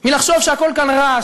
מלחשוב שהכול כאן רע,